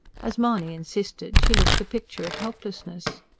as mahony insisted, she looked the picture of helplessness.